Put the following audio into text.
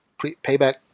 payback